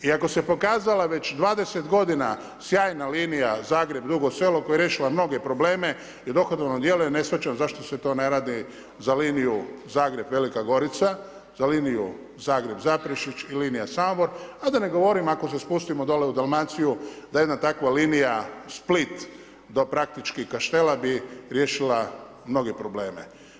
I ako se pokazala već 20 godina sjajna linija Zagreb-Dugo Selo koje je riješila mnoge probleme i dohodovno djeluje, ne shvaćam zašto se to ne radi za liniju Zagreb-Velika Gorica, za liniju Zagreb-Zaprešić i linija Samobor a da ne govorim ako se spustimo dolje u Dalmaciju da je dna takva linija Split do praktički Kaštela bi riješila mnoge probleme.